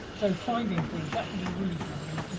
so finding things that can be really boring, yeah